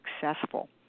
successful